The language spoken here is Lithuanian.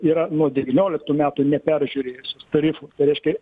yra nuo devynioliktų metų neperžiūrėjusios tarifų tai reiškia